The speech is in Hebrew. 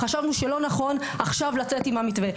חשבנו שלא נכון לצאת עכשיו עם המתווה,